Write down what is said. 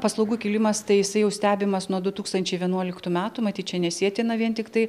paslaugų kilimas tai jisai jau stebimas nuo du tūkstantčiai vienuoliktų metų matyt čia nesietina vien tiktai